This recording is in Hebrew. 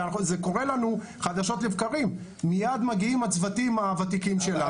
זה קורה לנו חדשות לבקרים - מיד מגיעים הצוותים הוותיקים שלנו.